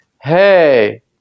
hey